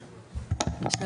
כן?